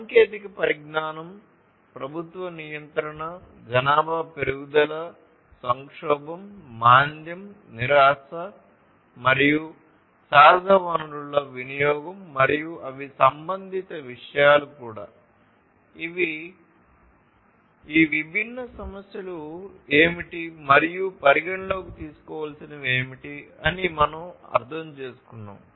సాంకేతిక పరిజ్ఞానం మరియు అవి సంబంధిత విషయాలు కూడా ఇవి ఎలా ఈ విభిన్న సమస్యలు ఏమిటి మరియు పరిగణనలోకి తీసుకోవలసినవి ఏమిటి అని మనం అర్థం చేసుకున్నాము